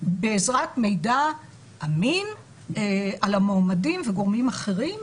בעזרת מידע אמין על המועמדים וגורמים אחרים,